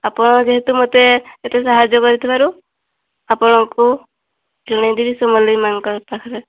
ଆପଣ ଯେହେତୁ ମୋତେ ଏତେ ସାହାଯ୍ୟ କରିଥିବାରୁ ଆପଣଙ୍କୁ ଜଣେଇଦେବି ସମଲେଇ ମାଁଙ୍କ ପାଖରେ